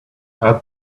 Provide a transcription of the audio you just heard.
add